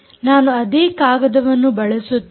ನಾನು ಅದೇ ಕಾಗದವನ್ನು ಬಳಸುತ್ತೇನೆ